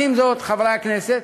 יחד עם זאת, חברי הכנסת,